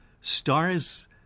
stars